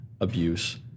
abuse